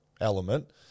element